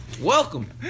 Welcome